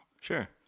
Sure